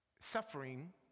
suffering